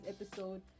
episode